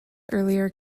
earlier